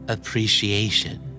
Appreciation